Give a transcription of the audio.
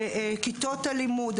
כיתות הלימוד,